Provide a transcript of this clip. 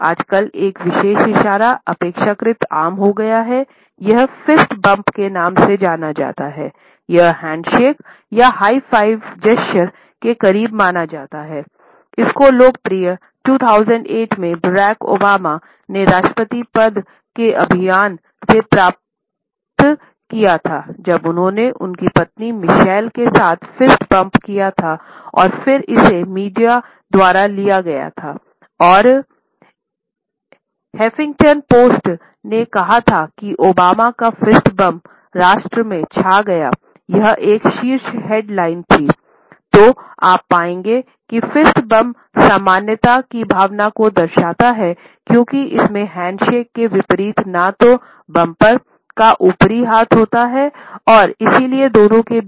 आजकल एक विशेष इशारा अपेक्षाकृत आम हो गया है यह फिस्ट बम्प राष्ट्र में छा गया यह एक शीर्ष हैडलाइन थी